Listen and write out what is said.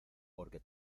porque